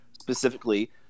specifically